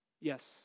Yes